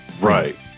Right